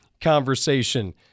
conversation